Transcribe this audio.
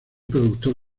productor